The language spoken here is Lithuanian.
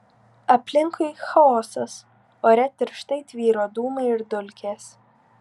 aplinkui chaosas ore tirštai tvyro dūmai ir dulkės